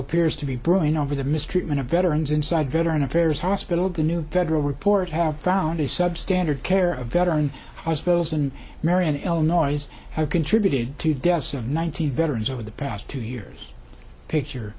appears to be brewing over the mistreatment of veterans inside veteran affairs hospital the new federal report have found the substandard care of veteran hospitals in marion illinois have contributed to deaths of nine hundred veterans over the past two years picture